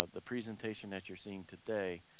ah the presentation that you're seeing today,